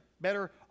better